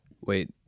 Wait